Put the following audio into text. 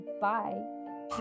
bye